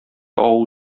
авыл